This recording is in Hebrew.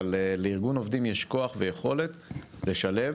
אבל לארגון עובדים יש כוח ויכולת, לשלב